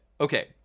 Okay